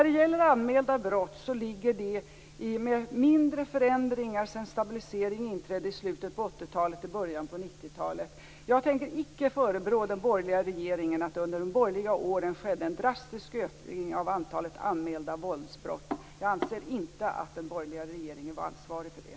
Antalet anmälda brott uppvisar mindre förändringar sedan stabiliseringen inträdde i slutet på 80 talet och i början av 90-talet. Jag tänker icke förebrå den borgerliga regeringen för att det under de borgerliga åren skedde en drastisk ökning av antalet anmälda våldsbrott. Jag anser inte att den borgerliga regeringen var ansvarig för det.